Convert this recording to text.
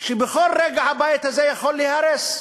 שבכל רגע הבית הזה יכול להיהרס.